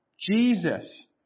Jesus